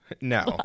no